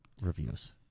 reviews